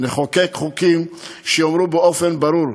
נחוקק חוקים שיאמרו באופן ברור: